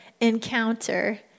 encounter